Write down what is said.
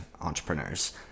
entrepreneurs